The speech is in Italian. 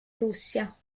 russia